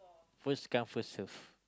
first come first serve